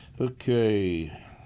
Okay